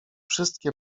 wszystkie